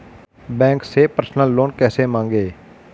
Bank से personal loan कैसे मांगें?